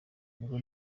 ubwo